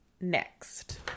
next